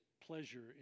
pleasure